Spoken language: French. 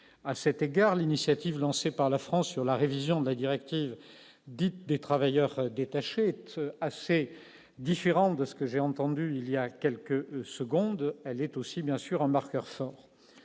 à cet égard l'initiative lancée par la France sur la révision de la directive dite des travailleurs détachés assez différente de ce que j'ai entendu il y a quelques secondes, elle est aussi bien sûr un marqueur fort